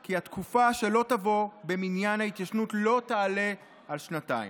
כי התקופה שלא תבוא במניין ההתיישנות לא תעלה על שנתיים.